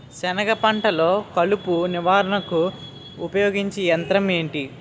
సెనగ పంటలో కలుపు నివారణకు ఉపయోగించే యంత్రం ఏంటి?